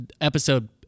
episode